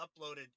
uploaded